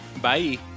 Bye